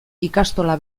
ikastola